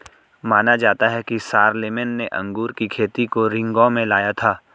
माना जाता है कि शारलेमेन ने अंगूर की खेती को रिंगौ में लाया था